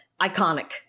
Iconic